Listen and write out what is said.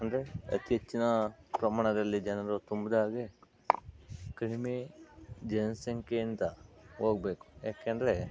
ಅಂದರೆ ಅತೀ ಹೆಚ್ಚಿನ ಪ್ರಮಾಣದಲ್ಲಿ ಜನರು ತುಂಬಿದ್ ಹಾಗೆ ಕಡಿಮೆ ಜನಸಂಖ್ಯೆಯಿಂದ ಹೋಗ್ಬೇಕು ಯಾಕೆಂದರೆ